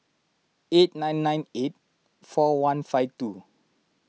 eight nine nine eight four one five two